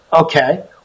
Okay